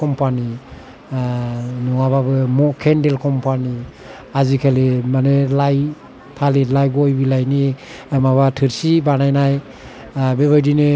company नङाबाबो केन्देल company आजिकालि माने लाइ थालिर लाइ गय बिलाइनि माबा थोरसि बानायनाय बेबायदिनो